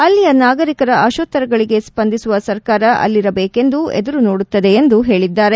ಅಲ್ಲಿಯ ನಾಗರಿಕರ ಆಶೋತ್ತರಗಳಿಗೆ ಸ್ವಂದಿಸುವ ಸರ್ಕಾರ ಅಲ್ಲಿರದೇಕೆಂದು ಎದುರು ನೋಡುತ್ತದೆ ಎಂದು ಹೇಳಿದ್ದಾರೆ